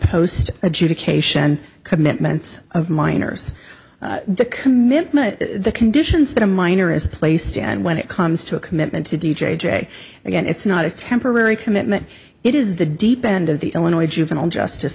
post adjudication commitments of minors the commitment the conditions that a minor is placed and when it comes to a commitment to do jay jay again it's not a temporary commitment it is the deep end of the illinois juvenile justice